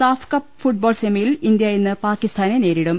SAFF cup football സെമിയിൽ India ഇന്ന് പാക്കിസ്ഥാനെ നേരിടും